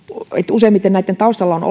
useimmiten näitten taustalla on on